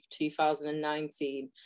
2019